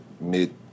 mid